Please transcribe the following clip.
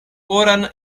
oran